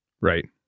Right